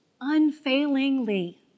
unfailingly